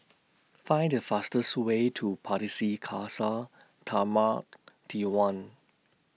Find The fastest Way to Pardesi Khalsa Dharmak Diwan